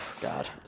god